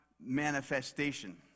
manifestation